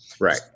Right